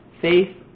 Faith